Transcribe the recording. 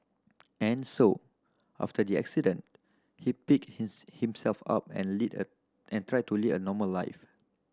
and so after the accident he picked his himself up and lead a and tried to lead a normal life